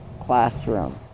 classroom